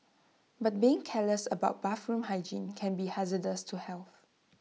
but being careless about bathroom hygiene can be hazardous to health